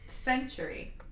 century